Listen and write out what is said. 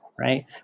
right